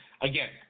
again